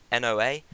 NOA